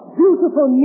beautiful